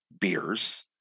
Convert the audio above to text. Beers